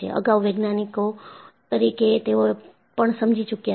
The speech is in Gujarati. અગાઉ વૈજ્ઞાનિકો તરીકે તેઓ પણ સમજી ચૂક્યા છે